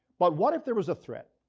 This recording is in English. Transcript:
but what if there was a threat